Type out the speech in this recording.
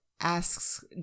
asks